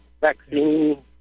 vaccine